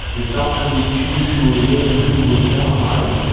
his valkyries chose who will live and who will die.